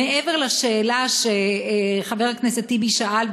מעבר לשאלה שחבר הכנסת טיבי שאל,